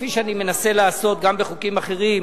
כפי שאני מנסה לעשות גם בחוקים אחרים,